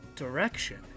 direction